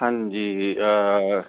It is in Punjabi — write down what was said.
ਹਾਂਜੀ